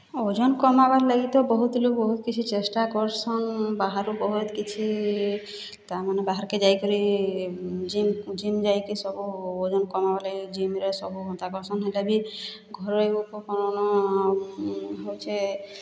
ଓଜନ କମାବାର୍ଲାଗି ତ ବହୁତ୍ ଲୋକ୍ ବହୁତ୍ କିଛି ଚେଷ୍ଟା କରସନ୍ ବାହାରୁ ବହୁତ୍ କିଛି ତା ମାନେ ବାହାର୍କେ ଯାଇକରି ଜିମ୍ ଜିମ୍ ଯାଇକି ସବୁ ଓଜନ୍ କମାବାର୍ ଲାଗି ଜିମ୍ରେ ସବୁ ହେନ୍ତା କର୍ସନ୍ ହେନ୍ତା ବି ଘରୋଇ ଉପକରଣ ହଉଛେ